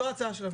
זאת ההצעה שלנו.